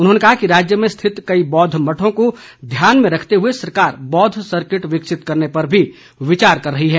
उन्होंने कहा कि राज्य में स्थित कई बौद्ध मठों को ध्यान में रखते हुए सरकार बौद्ध सर्किट विकसित करने पर भी विचार कर रही है